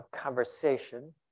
conversation